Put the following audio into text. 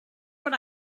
what